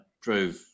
drove